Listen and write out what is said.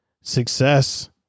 success